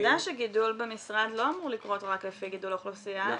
שגידול במשרד לא אמור לקרות רק לפי גידול אוכלוסייה.